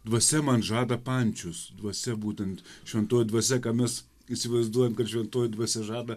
dvasia man žada pančius dvasia būtent šventoji dvasia ką mes įsivaizduojam kad šventoji dvasia žada